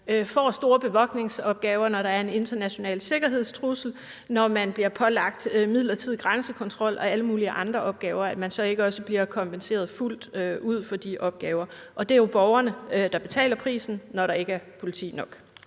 får store bevogtningsopgaver, når der er en international sikkerhedstrussel, og når man bliver pålagt midlertidig grænsekontrol og alle mulige andre opgaver. Det er jo borgerne, der betaler prisen, når der ikke er politi nok.